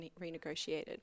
renegotiated